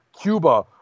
Cuba